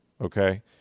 Okay